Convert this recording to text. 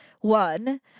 One